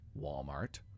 Walmart